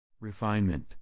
Refinement